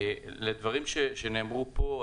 לדברים שנאמרו פה,